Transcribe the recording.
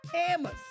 Hammers